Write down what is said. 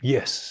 Yes